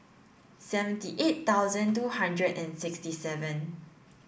seventy eight thousand two hundred and sixty seven